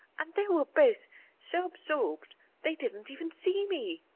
and they were both so absorbed they didn't even see me.